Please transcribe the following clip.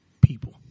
people